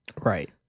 Right